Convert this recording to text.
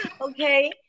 Okay